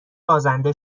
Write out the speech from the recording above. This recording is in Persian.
بازنده